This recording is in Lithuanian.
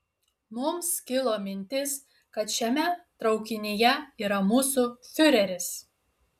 mums kilo mintis kad šiame traukinyje yra mūsų fiureris